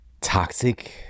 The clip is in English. toxic